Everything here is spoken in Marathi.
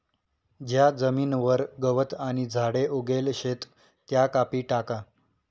ज्या जमीनवर गवत आणि झाडे उगेल शेत त्या कापी टाका